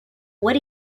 what